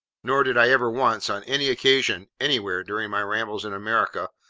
nor did i ever once, on any occasion, anywhere, during my rambles in america,